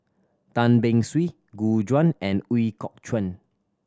Tan Beng Swee Gu Juan and Ooi Kok Chuen